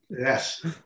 Yes